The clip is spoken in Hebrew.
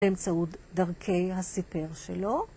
באמצעות דרכי הסיפר שלו.